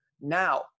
Now